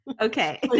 Okay